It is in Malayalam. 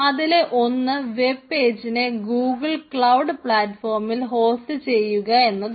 അതിലെ ഒന്ന് വെബ് പേജിനെ ഗൂഗിൾ ക്ലൌഡ് പ്ലാറ്റ്ഫോമിൽ ഹോസ്റ്റ്ചെയ്യുക എന്നതാണ്